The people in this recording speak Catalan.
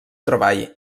treball